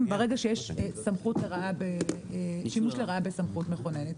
ברגע שיש שימוש לרעה בסמכות מכוננת.